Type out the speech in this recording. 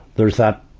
there's that